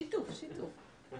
שיתוף, שיתוף.